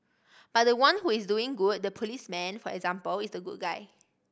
but the one who is doing good the policeman for example is the good guy